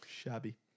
Shabby